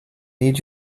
need